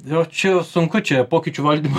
jau čia jau sunku čia pokyčių valdymo